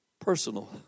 personal